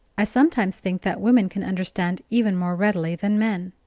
i sometimes think that women can understand even more readily than men.